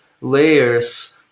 layers